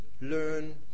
learn